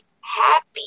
happy